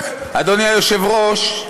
אדוני היושב-ראש,